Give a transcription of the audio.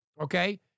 okay